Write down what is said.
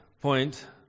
point